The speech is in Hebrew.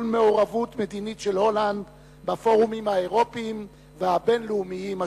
מעורבות מדינית של הולנד בפורומים האירופיים והבין-לאומיים השונים.